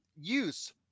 use